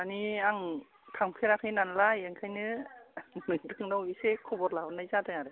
माने आं थांफेराखै नालाय ओंखायनो नोंथांनाव एसे खबर लाहरनाय जादों आरो